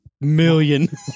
million